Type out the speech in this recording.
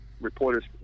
reporters